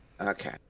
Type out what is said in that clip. Okay